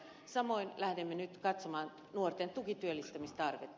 samoin lähdemme nyt katsomaan nuorten tukityöllistämistarvetta